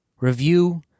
review